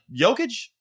Jokic